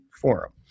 forum